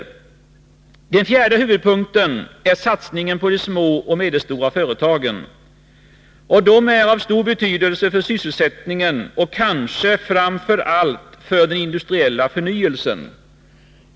Den fjärde huvudpunkten är satsningen på de små och medelstora företagen. De är av stor betydelse för sysselsättningen och kanske framför allt för den industriella förnyelsen.